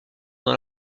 dans